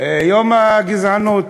יום הגזענות,